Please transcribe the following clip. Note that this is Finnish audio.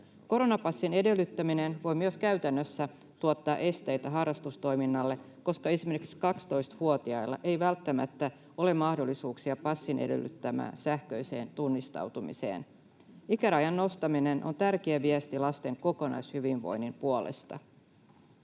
Koronapassin edellyttäminen voi myös käytännössä tuottaa esteitä harrastustoiminnalle, koska esimerkiksi 12‑vuotiailla ei välttämättä ole mahdollisuuksia passin edellyttämään sähköiseen tunnistautumiseen. Ikärajan nostaminen on tärkeä viesti lasten kokonaishyvinvoinnin puolesta.